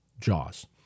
Jaws